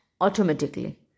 automatically